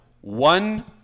one